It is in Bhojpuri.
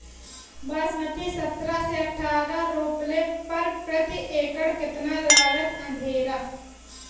बासमती सत्रह से अठारह रोपले पर प्रति एकड़ कितना लागत अंधेरा?